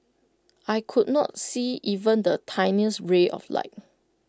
I could not see even the tiniest ray of light